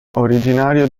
originario